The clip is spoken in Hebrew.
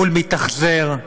מול מתאכזר,